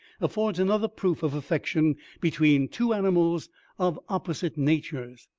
affords another proof of affection between two animals of opposite natures.